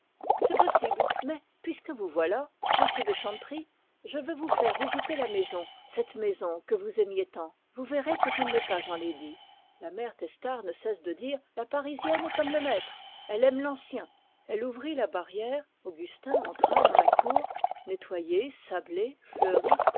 c'est possible mais puisque vous voilà monsieur de chanteprie je veux vous faire visiter la maison vous verrez que je ne l'ai pas enlaidie la mère testard ne cesse de dire la parisienne est comme le maître elle aime l'ancien elle ouvrit la porte augustin entra dans la cour nettoyée sablée fleurie